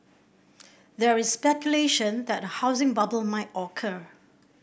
there is speculation that a housing bubble might occur